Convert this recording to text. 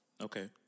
Okay